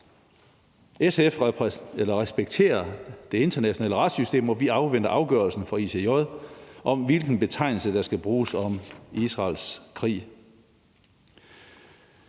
SF respekterer det internationale retssystem, og vi afventer afgørelsen fra ICJ om, hvilken betegnelse der skal bruges om Israels krig.